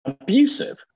abusive